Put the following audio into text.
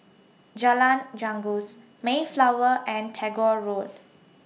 Jalan Janggus Mayflower and Tagore Road